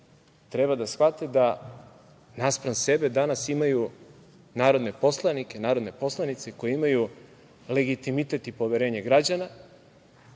treba da shvate da naspram sebe danas imaju narodne poslanike i narodne poslanice koji imaju legitimitet i poverenje građana,